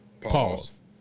Pause